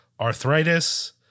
arthritis